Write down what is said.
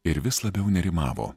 ir vis labiau nerimavo